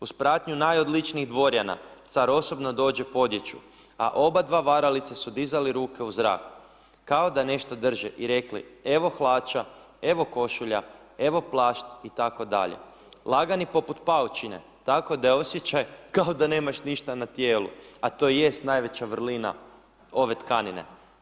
Uz pratnju najodličnijih dvorjana, car osobno dođe po odjeću, a oba dva varalice su dizali ruke u zrak, kao da nešto drže i rekli evo hlača, evo košulja, evo plašt itd. lagani poput paučine tako da je osjećaj kao da nemaš ništa na tijelu, a to jest najveća vrlina ove tkanine.